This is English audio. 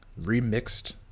remixed